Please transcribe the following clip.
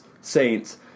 Saints